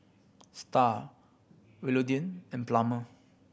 Starr Willodean and Plummer